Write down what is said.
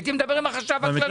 הייתי מדבר עם החשב הכללי.